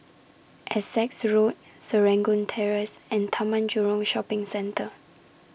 Essex Road Serangoon Terrace and Taman Jurong Shopping Centre